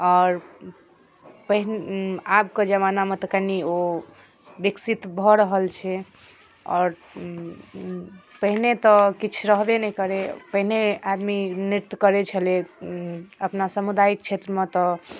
आओर पहिन आब कऽ जमानामे तऽ कनि ओ बिकसित भऽ रहल छै आओर पहिने तऽ किछु रहबे नहि करै पहिने आदमी नृत्य करैत छलै अपना सभमे सामुदायिक छेत्रमे तऽ